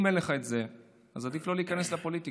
אם אין לך את זה אז עדיף לא להיכנס לפוליטיקה.